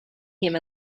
him